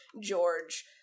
George